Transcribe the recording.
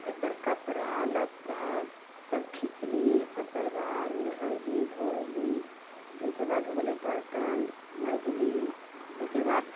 ओइपर कपड़ा लत्ता सब खिचली सब परिवार नहैली धोइली ओइके बाद हो गेलै बर्तन मँजली ओइके बाद